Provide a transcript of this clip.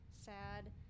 Sad